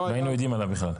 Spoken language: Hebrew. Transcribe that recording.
לא הינו יודעים עליו בכלל.